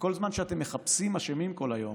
וכל זמן שאתם מחפשים אשמים כל היום,